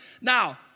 Now